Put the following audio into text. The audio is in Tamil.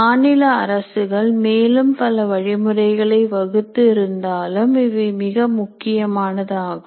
மாநில அரசுகள் மேலும் பல வழிமுறைகளை வகுத்து இருந்தாலும் இவை மிக முக்கியமானதாகும்